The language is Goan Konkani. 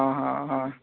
हां हां होय